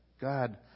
God